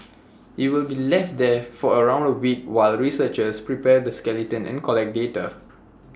IT will be left there for around A week while researchers prepare the skeleton and collect data